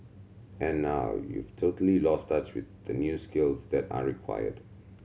and now you've totally lost touch with the new skills that are required